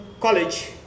college